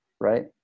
right